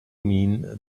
mean